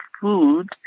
food